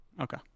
Okay